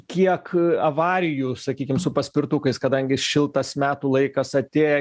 kiek avarijų sakykim su paspirtukais kadangi šiltas metų laikas atėjo